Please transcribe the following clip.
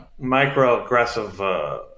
microaggressive